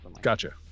gotcha